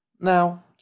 Now